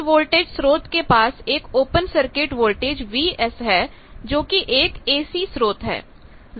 इस वोल्टेज स्रोत के पास एक ओपन सर्किट वोल्टेज Vs है जो कि एक AC स्रोत है